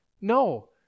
No